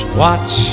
watch